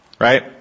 Right